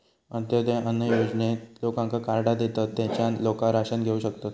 अंत्योदय अन्न योजनेत लोकांका कार्डा देतत, तेच्यान लोका राशन घेऊ शकतत